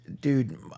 dude